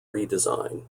redesign